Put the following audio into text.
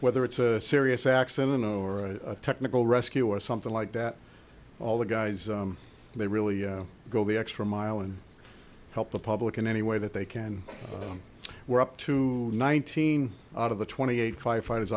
whether it's a serious accident or a technical rescue or something like that all the guys they really go the extra mile and help the public in any way that they can we're up to nineteen out of the twenty eight firefighters